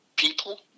people